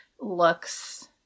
looks